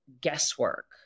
guesswork